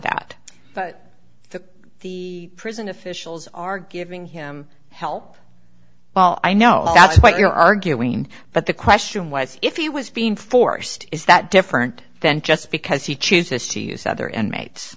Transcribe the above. that to the prison officials are giving him help well i know that's what you're arguing but the question was if he was being forced is that different then just because he chooses to use other inmates